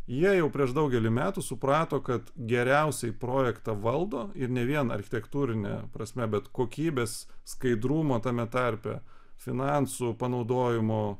jie jau prieš daugelį metų suprato kad geriausiai projektą valdo ir ne vien architektūrine prasme bet kokybės skaidrumo tame tarpe finansų panaudojimo